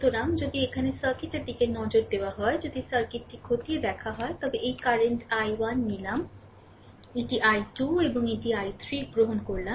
সুতরাং যদি এখানে সার্কিটের দিকে নজর দেওয়া হয় যদি সার্কিটটি খতিয়ে দেখা হয় তবে এই কারেন্ট I1 নিলাম এটি I2 এবং এটি I3 গ্রহণ নিলাম